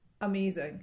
amazing